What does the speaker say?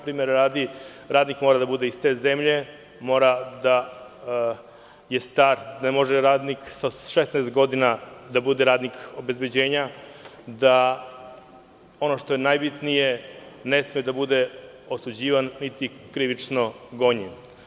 Primera radi, radnik mora da bude iz te zemlje, mora da je star, ne može radnik sa 16 godina da bude radnik obezbeđenja, ono što je najbitnije, ne sme da bude osuđivan niti krivično gonjen.